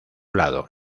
lado